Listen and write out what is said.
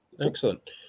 Excellent